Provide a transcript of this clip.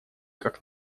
как